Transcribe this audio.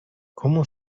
cómo